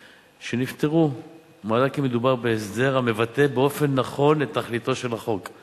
שנפטרו מעלה כי מדובר בהסדר המבטא באופן נכון את תכליתו של החוק,